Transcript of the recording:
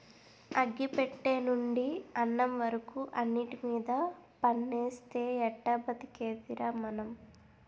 అగ్గి పెట్టెనుండి అన్నం వరకు అన్నిటిమీద పన్నేస్తే ఎట్టా బతికేదిరా మనం?